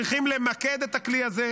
אנחנו צריכים למקד את הכלי הזה,